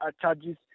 charges